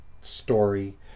story